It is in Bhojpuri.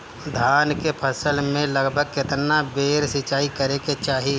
धान के फसल मे लगभग केतना बेर सिचाई करे के चाही?